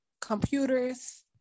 computers